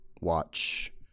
watch